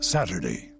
Saturday